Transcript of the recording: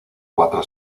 cuatro